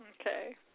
Okay